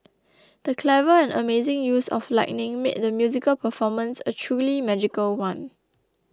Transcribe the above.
the clever and amazing use of lighting made the musical performance a truly magical one